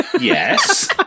Yes